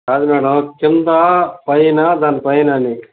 కాదు మేడమ్ కిందాపైనా దానిపైనా అని